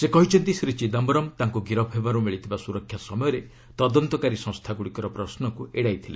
ସେ କହିଛନ୍ତି ଶ୍ରୀ ଚିଦାମ୍ଘରମ୍ ତାଙ୍କୁ ଗିରଫ୍ ହେବାରୁ ମିଳିଥିବା ସୁରକ୍ଷା ସମୟରେ ତଦନ୍ତକାରୀ ସଂସ୍ଥାଗୁଡ଼ିକର ପ୍ରଶ୍ନକୁ ଏଡ଼ାଇ ଥିଲେ